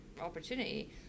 opportunity